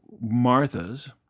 Martha's